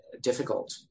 difficult